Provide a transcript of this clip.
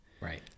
right